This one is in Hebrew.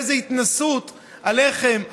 באיזו התנשאות עליכם,